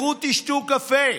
לכו, תשתו קפה,